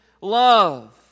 love